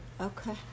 Okay